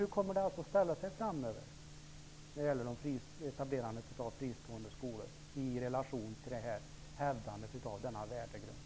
Hur kommer det ställa sig framöver när det gäller etablerandet av fristående skolor i relation till hävdandet av denna värdegrund?